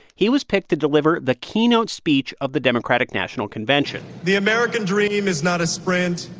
he was picked to deliver the keynote speech of the democratic national convention the american dream is not a sprint